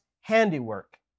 handiwork